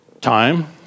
time